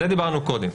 על זה דיברנו קודם.